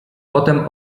potem